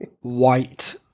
white